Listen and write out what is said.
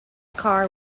car